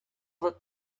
that